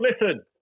listen